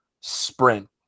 sprint